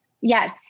Yes